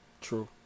True